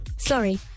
Sorry